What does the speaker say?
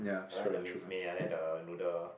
I like the minced meat I like the noodle